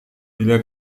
bila